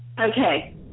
okay